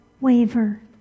Waver